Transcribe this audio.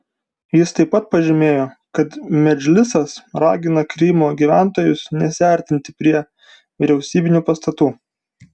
jis taip pat pažymėjo kad medžlisas ragina krymo gyventojus nesiartinti prie vyriausybinių pastatų